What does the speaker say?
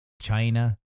China